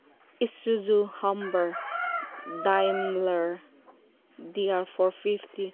Isuzu ꯍꯝꯕꯔ ꯗꯥꯏꯟꯂꯔ D R four fifty